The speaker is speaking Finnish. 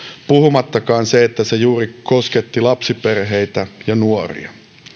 puhumattakaan siitä että se kosketti juuri lapsiperheitä ja nuoria